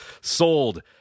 sold